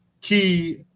key